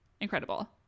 incredible